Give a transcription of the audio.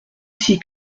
six